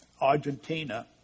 Argentina